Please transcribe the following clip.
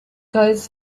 goes